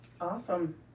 Awesome